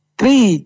three